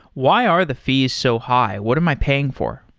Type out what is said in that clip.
why are the fees so high? what am i paying for?